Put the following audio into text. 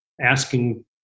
asking